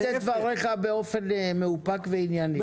תגיד את דבריך באופן מאופק וענייני.